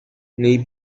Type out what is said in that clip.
nei